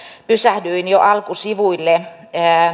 pysähdyin jo alkusivuille